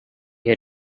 hear